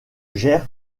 gère